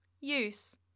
Use